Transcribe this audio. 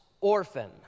orphan